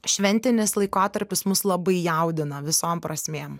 šventinis laikotarpis mus labai jaudina visom prasmėm